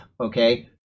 okay